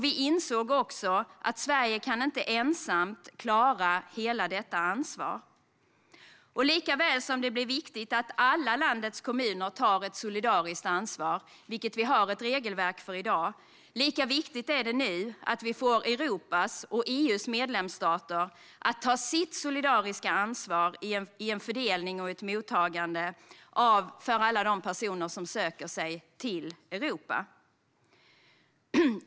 Vi insåg också att Sverige inte ensamt kan klara att ta hela detta ansvar. Det är viktigt att alla landets kommuner tar ett solidariskt ansvar, vilket vi har ett regelverk för i dag, men det är lika viktigt att vi nu får Europas stater och EU:s medlemsstater att ta sitt solidariska ansvar i fördelningen och mottagandet av alla de personer som söker sig till Europa.